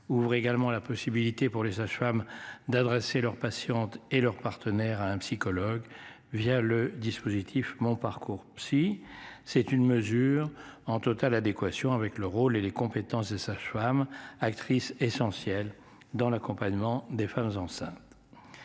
ouvre également la possibilité pour les sages-femmes d'adresser leurs patientes et leurs partenaires à un psychologue via le dispositif mon parcours, si c'est une mesure en totale adéquation avec le rôle et les compétences et Schramm actrice essentielle dans l'accompagnement des femmes enceintes.